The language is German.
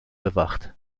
bewacht